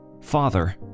Father